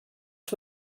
als